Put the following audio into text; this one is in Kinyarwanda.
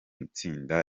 itsinda